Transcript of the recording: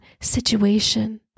situation